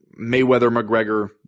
Mayweather-McGregor